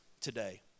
today